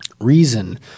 reason